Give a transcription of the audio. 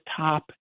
top